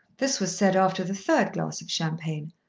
this was said after the third glass of champagne,